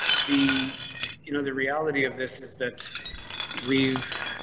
the you know the reality of this is that we've.